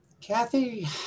Kathy